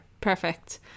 perfect